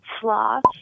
sloth